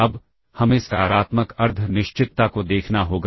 अब हमें सकारात्मक अर्ध निश्चितता को देखना होगा